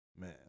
Man